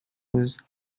was